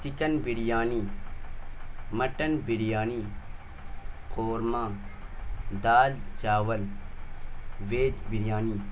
chicken biryani mutton biryani korma دال چاول veg biryani